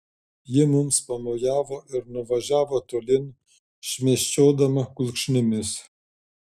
ji mums pamojavo ir nuvažiavo tolyn šmėsčiodama kulkšnimis